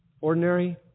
Ordinary